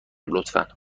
لطفا